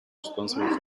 responsible